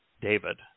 David